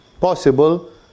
possible